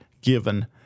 given